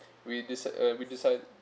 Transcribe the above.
we decide uh we decide